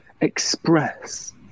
express